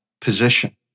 position